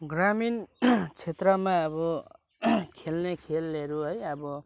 ग्रामीण क्षेत्रमा अब खेल्ने खेलहरू है अब